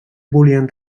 volien